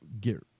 get